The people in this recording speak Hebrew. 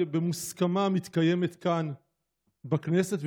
במוסכמה המתקיימת כאן בכנסת,